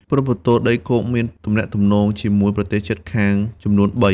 ព្រំប្រទល់ដីគោកមានទំនាក់ទំនងជាមួយប្រទេសជិតខាងចំនួនបី។